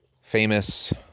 famous